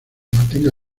mantenga